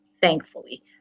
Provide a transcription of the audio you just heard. thankfully